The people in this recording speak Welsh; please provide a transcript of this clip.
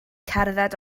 cerdded